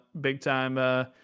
big-time